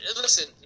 listen